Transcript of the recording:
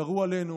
ירו עלינו,